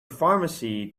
pharmacy